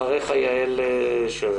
אחריך יעל שרר.